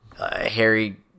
Harry